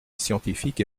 scientifique